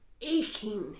aching